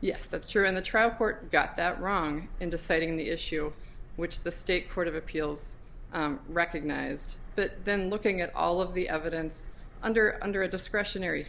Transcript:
yes that's true in the trial court got that wrong in deciding the issue which the state court of appeals recognized but then looking at all of the evidence under under a discretionary